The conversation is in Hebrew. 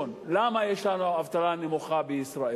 למה יש לנו רמת אבטלה נמוכה בישראל?